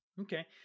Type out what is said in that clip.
Okay